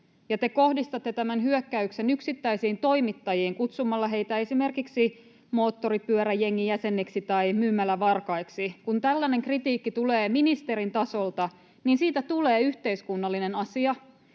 ja te kohdistatte tämän hyökkäyksen yksittäisiin toimittajiin kutsumalla heitä esimerkiksi moottoripyöräjengin jäseniksi tai myymälävarkaiksi. Kun tällainen kritiikki tulee ministerin tasolta, siitä tulee yhteiskunnallinen asia,